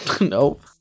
Nope